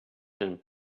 him